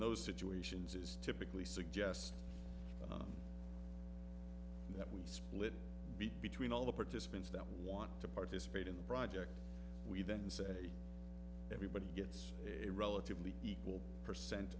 those situations is typically suggest that we split between all the participants that want to participate in the project we then say everybody gets a relatively equal percent